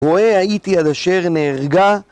רואה הייתי עד אשר נהרגה?